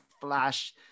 flash